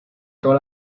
toda